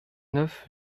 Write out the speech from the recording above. neuf